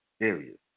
areas